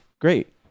great